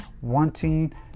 wanting